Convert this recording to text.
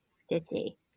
city